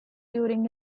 during